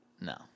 No